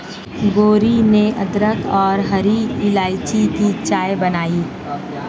गौरी ने अदरक और हरी इलायची की चाय बनाई